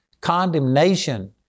CONDEMNATION